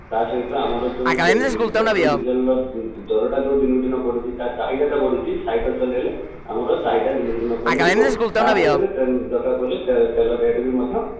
ତା' ସହିତ ଆମର ଯେଉଁ ପେଟ୍ରୋଲ ଡିଜେଲ୍ର ଦରଟା ଯେଉଁ ଦିନକୁ ଦିନ ବଢ଼ୁଛି ଚାହିଦାଟା ବଢ଼ୁଛି ସାଇକେଲ ଚଳାଇଲେ ଆମର ଚାହିଦା ଦିନକୁ ଦିନ କମିଯିବ ତା' ସହିତ ବି ଦରକାର ପଡ଼ିଲେ ତେଲ ରେଟ୍ ବି ମଧ୍ୟ